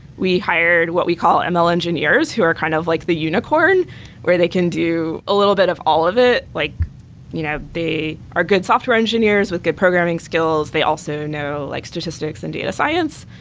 we hired what we call ah ml engineers who are kind of like the unicorn where they can do a little bit of all of it, like you know they are good software engineers with good programming skills. they also know like statistics and data science.